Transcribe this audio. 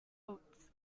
oates